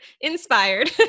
inspired